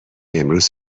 امروز